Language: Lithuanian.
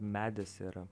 medis yra